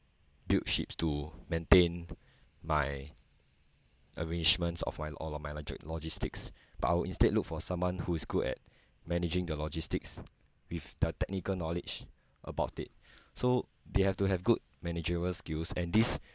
build ships to maintain my arrangements of my all of my logi~ logistics but I'll instead look for someone who is good at managing the logistics with the technical knowledge about it so they have to have good managerial skills and this